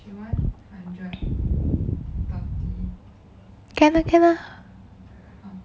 can uh can uh